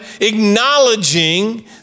acknowledging